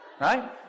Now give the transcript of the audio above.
Right